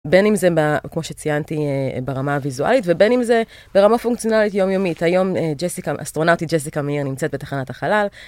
בין אם זה כמו שציינתי ברמה הוויזואלית ובין אם זה ברמה פונקציונלית יומיומית, היום אסטרונאוטית ג'סיקה מאיר נמצאת בתחנת החלל.